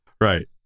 Right